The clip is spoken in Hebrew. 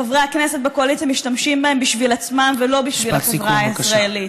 חברי הכנסת בקואליציה משתמשים בהם בשביל עצמם ולא בשביל החברה הישראלית.